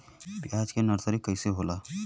प्याज के नर्सरी कइसे होला?